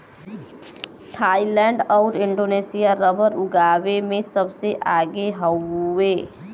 Thailand आउर Indonesia rubber उगावे में सबसे आगे हउवे